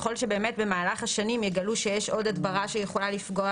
ככל שבמהלך השנים יגלו שיש עוד הדברה שיכולה לפגוע